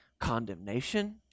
Condemnation